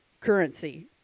currency